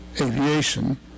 aviation